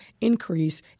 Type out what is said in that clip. increase